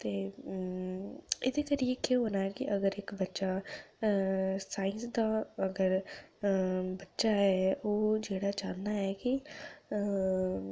ते एह्दे करियै केह् होना ऐ के अगर इक बच्चा साईंस दा अगर बच्चा ऐ ओह् जेह्ड़ा चांह्दा ऐ कि